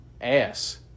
ass